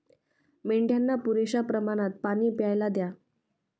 मेंढ्यांना पुरेशा प्रमाणात पाणी प्यायला द्या